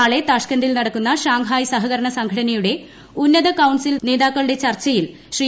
നാളെ താഷ്ക്കന്തിൽ നടക്കുന്ന ഷാങ്ങ്ഹായ് സഹകരണ സംഘടനയുടെ ഉന്നത കൌൺസിൽ നേതാക്കളുടെ ചർച്ചയിൽ ശ്രീ